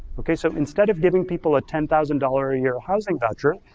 okay, so instead of giving people a ten thousand dollars a year housing voucher,